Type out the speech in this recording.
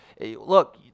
Look